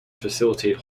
facilitate